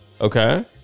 Okay